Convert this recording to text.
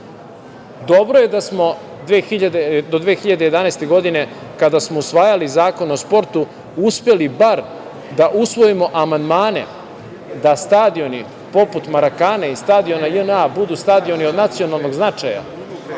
Dobro je da smo do 2011. godine, kada smo usvajali Zakon o sportu, uspeli bar da usvojimo amandmane, da stadioni poput Marakane i stadion JNA budu stadioni nacionalnog značaja,